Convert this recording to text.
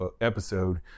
episode